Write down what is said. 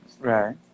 right